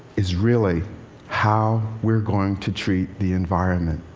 is really how we're going to treat the environment.